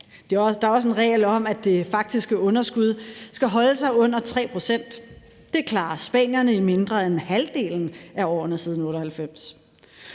Der er også en regel om, at det faktiske underskud skal holdes under 3 pct. Det har spanierne klaret i mindre end halvdelen af årene, der er